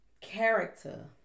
character